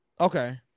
Okay